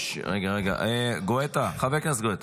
רגע, חבר הכנסת גואטה,